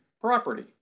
property